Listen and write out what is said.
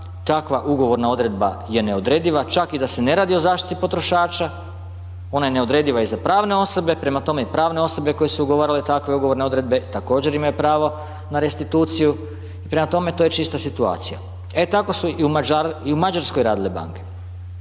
takva ugovorna odredba je neodrediva čak i da se ne radi o zaštiti potrošača, ona je neodrediva i za pravne osobe, prema tome i pravne osobe koje su ugovarale takve ugovorne odredbe također imaju pravo na restituciju i prema tome to je čista situacija. E tako su i u Mađarskoj radile banke,